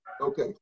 Okay